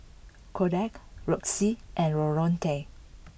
Koda Roxie and Loretto